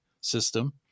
system